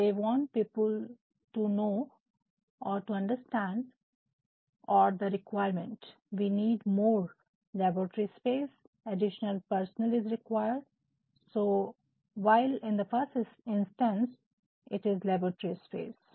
they want people to know or to understand or the requirement we need more laboratory space additional personnel is required so while in the first instance it is laboratory space वे चाहते हैं कि लोग आवश्यकता समझे हमें और प्रयोगशाला के स्थान की आवश्यकता है